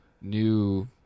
new